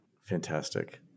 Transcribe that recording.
Fantastic